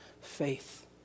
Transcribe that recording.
Faith